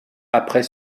après